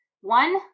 One